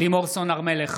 לימור סון הר מלך,